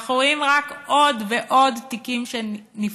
ואנחנו רואים רק עוד ועוד תיקים שנפתחים.